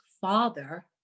father